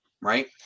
Right